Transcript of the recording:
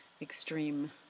extreme